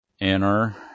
Enter